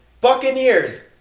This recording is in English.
Buccaneers